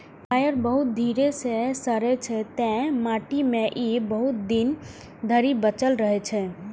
coir बहुत धीरे सं सड़ै छै, तें माटि मे ई बहुत दिन धरि बचल रहै छै